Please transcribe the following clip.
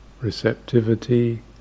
receptivity